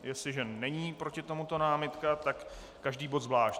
Jestliže není proti tomuto námitka, tak každý bod zvlášť.